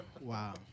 Wow